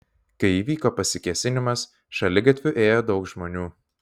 kai įvyko pasikėsinimas šaligatviu ėjo daug žmonių